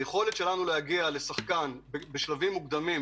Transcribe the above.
היכולת שלנו להגיע לשחקן בשלבים המוקדמים,